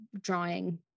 drawing